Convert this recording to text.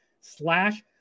slash